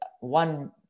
one